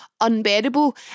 unbearable